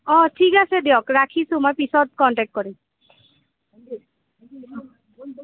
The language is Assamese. অঁ ঠিক আছে দিয়ক ৰাখিছোঁ মই পিছত কনটেক্ট কৰিম